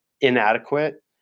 inadequate